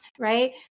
right